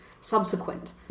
subsequent